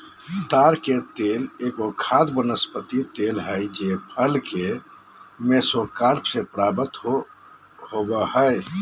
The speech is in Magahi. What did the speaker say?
ताड़ के तेल एगो खाद्य वनस्पति तेल हइ जे फल के मेसोकार्प से प्राप्त हो बैय हइ